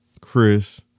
Chris